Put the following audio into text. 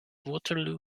waterloo